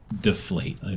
deflate